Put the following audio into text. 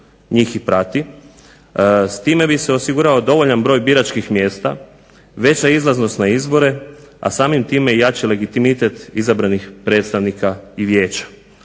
njih i prati. S time bi se osigurao dovoljan broj biračkih mjesta, veća izlaznost na izbore, a samim time i jači legitimitet izabranih predstavnika i vijeća.